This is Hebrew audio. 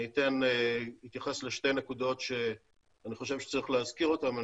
אני אתייחס לשתי נקודות שאני חושב שצריך להזכיר אותן.